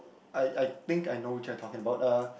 I I think I know which one you are talking about uh